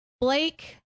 Blake